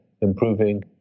improving